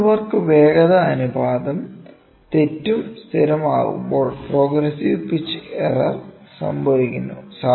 tool work വേഗത അനുപാതം തെറ്റും സ്ഥിരവുമാകുമ്പോൾ പ്രോഗ്രസ്സിവ് പിച്ച് എറർ സംഭവിക്കുന്നു